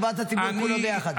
עובדים למען הציבור כולו ביחד.